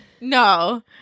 no